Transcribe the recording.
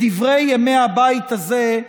בדברי ימי הבית הזה,